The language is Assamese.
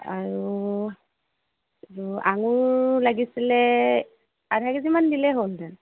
আৰু আৰু আঙুৰ লাগিছিল আধা কেজি মান দিলে হ'লহেঁতেন